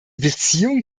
beziehungen